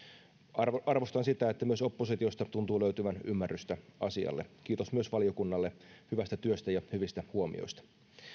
arvostan sitä että myös oppositiosta tuntuu löytyvän ymmärrystä asialle kiitos myös valiokunnalle hyvästä työstä ja hyvistä huomioista